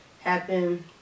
happen